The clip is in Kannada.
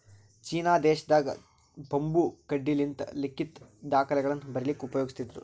ಚೀನಾ ದೇಶದಾಗ್ ಬಂಬೂ ಕಡ್ಡಿಲಿಂತ್ ಲಿಖಿತ್ ದಾಖಲೆಗಳನ್ನ ಬರಿಲಿಕ್ಕ್ ಉಪಯೋಗಸ್ತಿದ್ರು